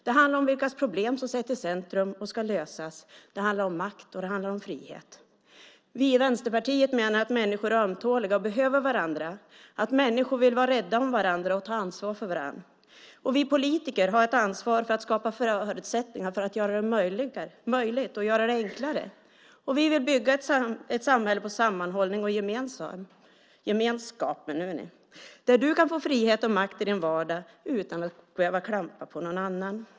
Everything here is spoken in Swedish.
Det handlar om vilkas problem som sätts i centrum och ska lösas. Det handlar om makt och frihet. Vi i Vänsterpartiet menar att människor är ömtåliga och behöver varandra, att människor vill vara rädda om varandra och ta ansvar för varandra. Vi politiker har ett ansvar att skapa förutsättningar för att göra det möjligt och göra det enklare. Vi vill bygga ett samhälle på sammanhållning och gemenskap där du kan få frihet och makt i din vardag utan att behöva klampa på någon annan.